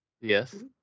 Yes